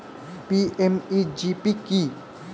PMEGP কি?